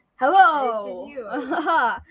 Hello